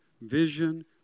vision